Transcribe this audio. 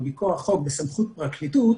בסמכות פרקליטות